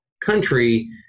country